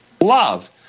Love